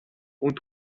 und